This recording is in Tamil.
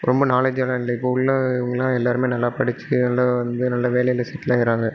ரொம்ப நாலேட்ஜெலாம் இல்லை இப்போது உள்ளவங்க எல்லாம் எல்லாேருமே நல்லா படிச்சு நல்லா வந்து நல்ல வேலையில் செட்டிலாகிட்றாங்க